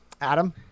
adam